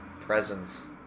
presence